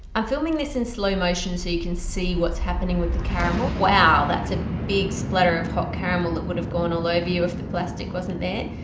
i'm filming this in slow motion so you can see what's happening with the caramel wow! that's a big splatter of hot caramel that would have gone all over you if the plastic wasn't there.